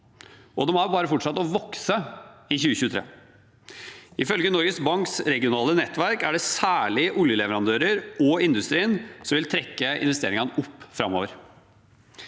de har bare fortsatt å vokse i 2023. Ifølge Norges Banks regionale nettverk er det særlig oljeleverandører og industrien som vil trekke investeringene opp framover.